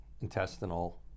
intestinal